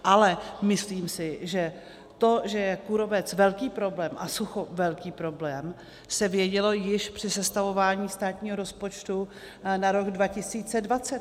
Ale myslím si, že to, že je kůrovec velký problém a sucho velký problém, se vědělo již při sestavování státního rozpočtu na rok 2020.